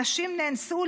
נשים נאנסו,